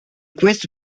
questo